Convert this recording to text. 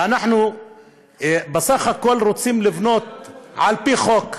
ואנחנו בסך הכול רוצים לבנות על-פי חוק,